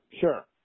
sure